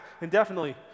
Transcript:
indefinitely